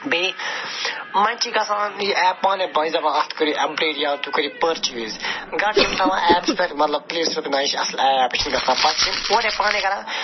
بیٚیہِ منٛز چھِ گژھان یہِ ایپ پانَے بنٛد یہِ چھِ دپان اَتھ کٔرِو اَپ گرٛیڈ یا تُہۍ کٔرِو پٔرچُویز گۄڈٕ چھِ یِم تھاوان ایپ پٮ۪ٹھ مطلب پٕلے سِٹور نَہ یہِ چھِ اَصٕل ایپ یہِ چھِنہٕ گژھان پتہٕ چھِ یِم اورَے پانَے کران